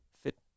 fit